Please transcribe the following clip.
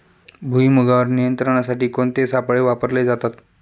भुईमुगावर नियंत्रणासाठी कोणते सापळे वापरले जातात?